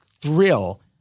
thrill